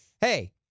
Hey